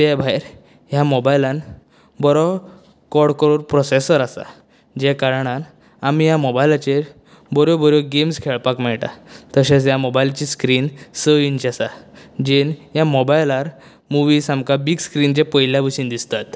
त्या भायर ह्या मोबायलांत बरो कोडकोर प्रोसेसर आसा जे कारणान आमी ह्या मोबायलाचेर बऱ्यो बऱ्यो गेमस खेळपाक मेळटा तशेंच ह्या मोबायलची स्क्रिन स इंच आसा जेन ह्या मोबायलार मुवीस आमकां बीग स्क्रिनीचेर पळयल्ले भशेन दिसतात